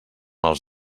als